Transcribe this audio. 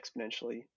exponentially